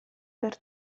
per